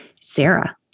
Sarah